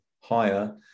higher